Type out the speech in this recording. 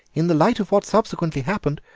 in the light of what subsequently happened,